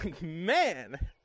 Man